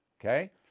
Okay